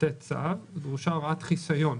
לתת צו דרושה הוראת חיסיון.